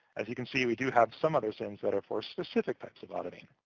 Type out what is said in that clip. as you can see, we do have some other sin's that are for specific types of auditing.